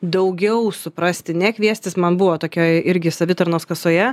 daugiau suprasti ne kviestis man buvo tokia irgi savitarnos kasoje